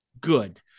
good